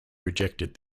rejected